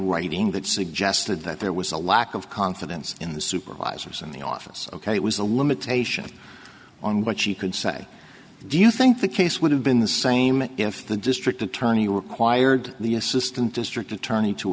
writing that suggested that there was a lack of confidence in the supervisors in the office ok it was a limitation on what she could say do you think the case would have been the same if the district attorney required the assistant district attorney to